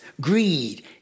greed